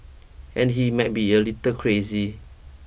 and he might be a little crazy